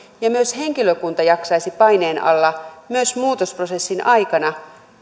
ja myös henkilökunta jaksaisi paineen alla myös muutosprosessin aikana